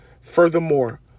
Furthermore